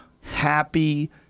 happy